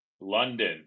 london